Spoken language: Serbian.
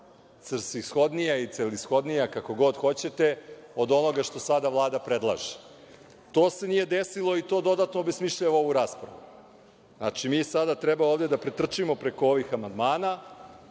svrsishodnija, celishodnija, kako god hoćete, od onoga što sada Vlada predlaže. To se nije desilo i to dodatno obesmišljava ovu raspravu. Znači, mi sada treba ovde da pretrčimo preko ovih amandman,